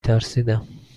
ترسیدم